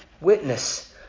witness